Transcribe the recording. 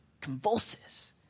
convulses